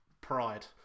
Pride